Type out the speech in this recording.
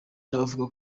n’abavuga